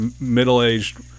middle-aged